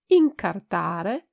incartare